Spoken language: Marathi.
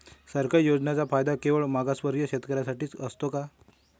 सरकारी योजनांचा फायदा केवळ मागासवर्गीय शेतकऱ्यांसाठीच असतो का?